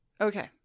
okay